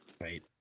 Right